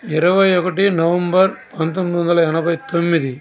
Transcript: ఇరవై ఒకటి నవంబర్ పంతొమ్మిది వందల ఎనభై తొమ్మిది